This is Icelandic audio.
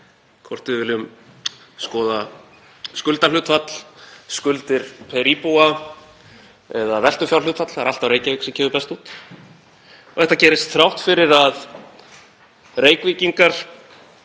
hvort við viljum skoða skuldahlutfall, skuldir á hvern íbúa eða veltufjárhlutfall, það er alltaf Reykjavík sem kemur best út. Þetta gerist þrátt fyrir að Reykvíkingar